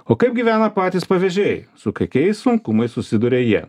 o kaip gyvena patys pavežėjai su kokiais sunkumais susiduria jie